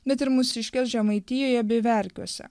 bet ir mūsiškes žemaitijoje bei verkiuose